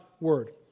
word